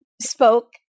Spoke